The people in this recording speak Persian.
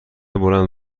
بلند